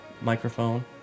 microphone